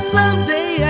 Someday